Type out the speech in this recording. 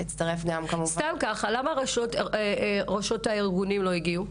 למה העומדות בראש הארגונים לא הגיעו?